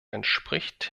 entspricht